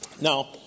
Now